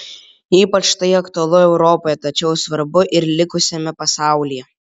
ypač tai aktualu europoje tačiau svarbu ir likusiame pasaulyje